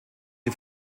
die